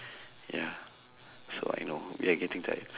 ya so I know we are getting tired